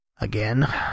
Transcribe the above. again